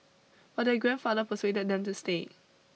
but their grandfather persuaded them to stay